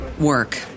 work